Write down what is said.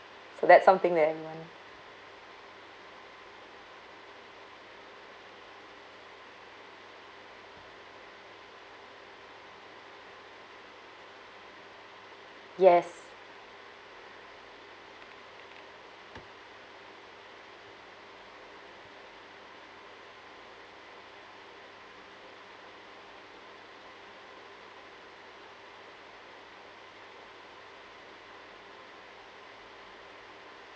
so that's something that everyone yes